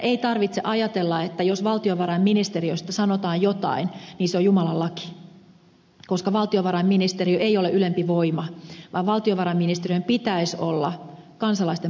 ei tarvitse ajatella että jos valtiovarainministeriöstä sanotaan jotain niin se on jumalan laki koska valtiovarainministeriö ei ole ylempi voima vaan valtiovarainministeriön pitäisi olla kansalaisten palveluksessa